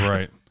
Right